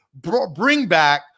bringback